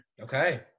Okay